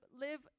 live